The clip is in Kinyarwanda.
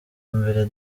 mbere